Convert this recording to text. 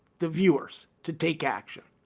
the viewers to take action.